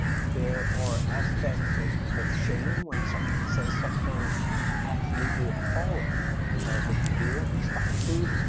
there are aspects of of shame when someone says something absolutely appalling that you hear and respond to